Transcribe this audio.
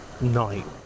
night